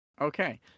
Okay